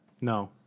No